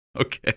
Okay